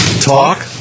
talk